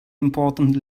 important